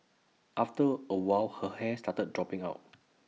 after A while her hair started dropping out